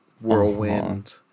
Whirlwind